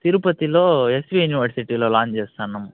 తిరుపతిలో ఎస్వి యూనివర్సిటీలో లాంచ్ చేస్తున్నాం